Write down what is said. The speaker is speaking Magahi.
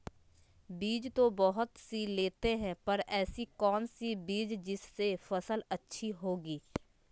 बीज तो बहुत सी लेते हैं पर ऐसी कौन सी बिज जिससे फसल अच्छी होगी?